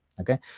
okay